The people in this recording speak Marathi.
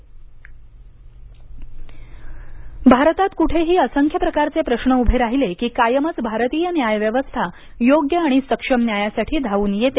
गोवा हाय कोर्ट इमारत भारतात कुठेही असंख्य प्रकारचे प्रश्न उभे राहिले की कायमच भारतीय न्यायव्यवस्था योग्य आणि सक्षम न्यायासाठी धावून येते